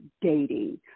dating